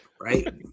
right